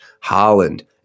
Holland